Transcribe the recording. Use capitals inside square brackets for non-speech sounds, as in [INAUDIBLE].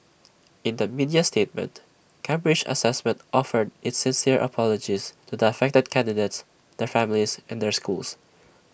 in A media statement Cambridge Assessment offered its sincere apologies to the affected [NOISE] candidates their families and their schools